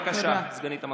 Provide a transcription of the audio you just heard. בבקשה, סגנית המזכיר.